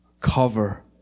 cover